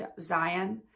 Zion